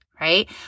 right